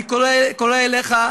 אני קורא לך,